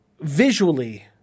visually